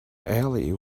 alley